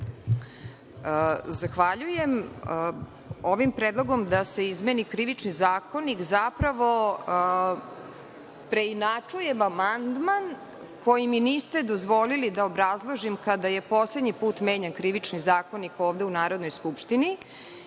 Zahvaljujem. Ovim predlogom da se izmeni Krivični zakonik zapravo preinačujem amandman koji mi niste dozvolili da obrazložim kada je poslednji put menjan Krivični zakonik ovde u Narodnoj skupštini